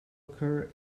occur